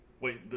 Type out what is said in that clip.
Wait